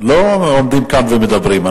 לא עומדים כאן ומדברים.